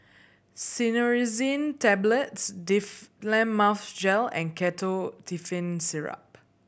Cinnarizine Tablets Difflam Mouth Gel and Ketotifen Syrup